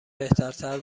بهترتر